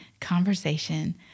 conversation